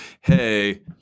hey